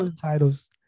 Titles